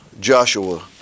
Joshua